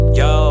yo